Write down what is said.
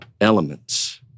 elements